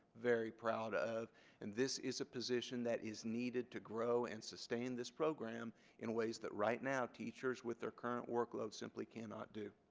very proud of and this is a position that is needed to grow and sustain this program in ways that, right now, teachers with their current workload simply cannot do.